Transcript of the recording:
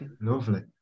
Lovely